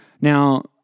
Now